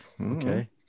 Okay